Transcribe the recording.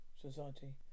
Society